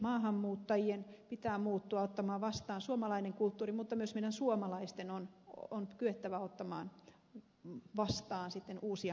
maahanmuuttajien pitää muuttua ottamaan vastaan suomalainen kulttuuri mutta myös meidän suomalaisten on kyettävä ottamaan vastaan sitten uusia vaikutteita